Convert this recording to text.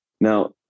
Now